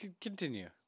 Continue